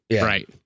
Right